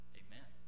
amen